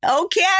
Okay